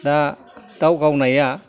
दा दाव गावनाया